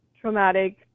traumatic